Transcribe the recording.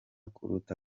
kuruta